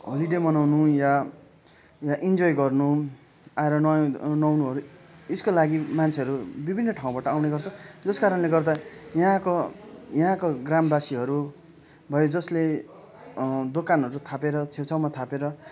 होलि डे मनाउनु वा वा इन्जोय गर्नु आएर नुहाए भने त नुहाउनुहरू यसको लागि मान्छेहरू विभिन्न ठाउँबाट आउने गर्छ यस कारणले गर्दा यहाँको यहाँको ग्रामवासीहरू भयो जसले दोकानहरू थापेर छेउछाउमा थापेर